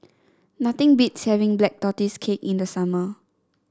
nothing beats having Black Tortoise Cake in the summer